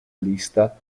lista